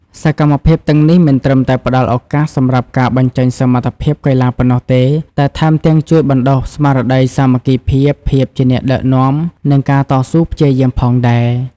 សកម្មភាពទាំងនេះមិនត្រឹមតែផ្ដល់ឱកាសសម្រាប់ការបញ្ចេញសមត្ថភាពកីឡាប៉ុណ្ណោះទេ តែថែមទាំងជួយបណ្ដុះស្មារតីសាមគ្គីភាព ភាពជាអ្នកដឹកនាំ និងការតស៊ូព្យាយាមផងដែរ។